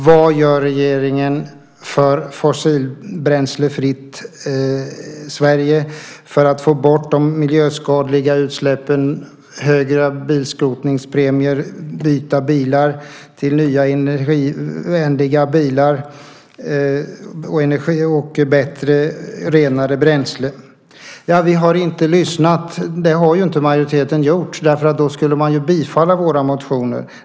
Vad gör regeringen för att få ett fossilbränslefritt Sverige, för att få bort de miljöskadliga utsläppen, för högre bilskrotningspremier, för att byta bilar till nya energivänliga bilar och för bättre renare bränsle? "Ni har inte lyssnat." Nej, det har inte majoriteten gjort eftersom man då skulle bifalla våra motioner.